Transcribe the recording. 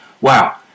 Wow